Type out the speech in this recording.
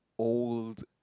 old